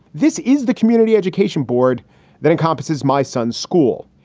this is the community education board that encompasses my son's school.